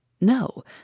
No